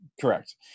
correct